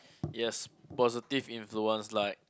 yes positive influence like